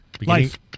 Life